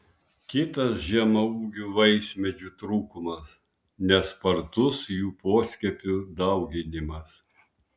kitas žemaūgių vaismedžių trūkumas nespartus jų poskiepių dauginimas